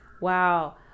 Wow